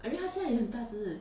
I mean 他现在也很大只